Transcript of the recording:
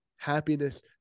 Happiness